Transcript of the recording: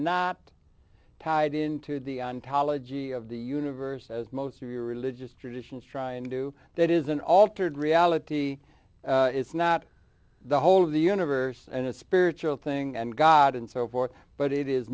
not tied into the ontology of the universe as most of your religious traditions try and do that is an altered reality it's not the whole of the universe and a spiritual thing and god and so forth but it is